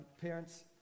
Parents